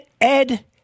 Ed